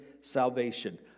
salvation